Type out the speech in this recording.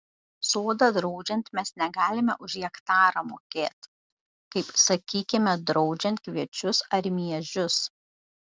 sodą draudžiant mes negalime už hektarą mokėt kaip sakykime draudžiant kviečius ar miežius